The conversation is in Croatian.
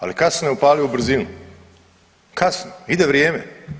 Ali kasno je upalio u brzinu, kasno, ide vrijeme.